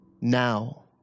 now